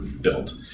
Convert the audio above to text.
built